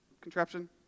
contraption